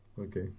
okay